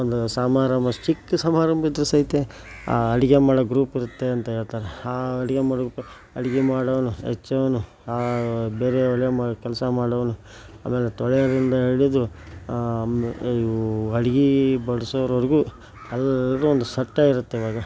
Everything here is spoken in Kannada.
ಒಂದು ಸಮಾರಂಭ ಚಿಕ್ಕ ಸಮಾರಂಭ ಇದ್ದರೆ ಸಹಿತ ಆ ಅಡುಗೆ ಮಾಡೋ ಗ್ರೂಪ್ ಇರುತ್ತೆ ಅಂತ ಹೇಳ್ತಾರ ಆ ಅಡುಗೆ ಮಾಡ್ಬೇಕಾರ್ ಅಡುಗೆ ಮಾಡೋನು ಹೆಚ್ಚೋನು ಆ ಬೆರೆ ಒಲೆ ಮೇಲ್ ಕೆಲಸ ಮಾಡೋನು ಆಮೇಲೆ ತೊಳೆಯೋದ್ರಿಂದ ಹಿಡಿದು ಇವು ಅಡುಗೆ ಬಡ್ಸೋರವರ್ಗು ಎಲ್ಲರೂ ಒಂದು ಸಟ್ಟೇ ಇರುತ್ತೆ ಇವಾಗ